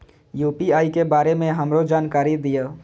UPI के बारे में हमरो जानकारी दीय?